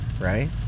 right